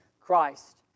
Christ